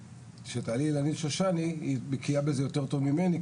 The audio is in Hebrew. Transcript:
אילנית שושני בקיאה בזה יותר טוב ממני,